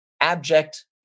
abject